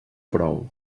prou